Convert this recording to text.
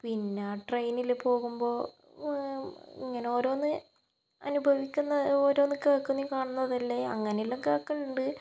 പിന്നെ ട്രെയിനിൽ പോകുമ്പോൾ ഇങ്ങനെ ഓരോന്ന് അനുഭവിക്കുന്നത് ഓരോന്ന് കേൾക്കുന്നത് കാണുന്നതല്ലേ അങ്ങനെയെല്ലാം കേൾക്കലുണ്ട്